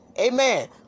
Amen